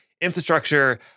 Infrastructure